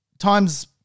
Times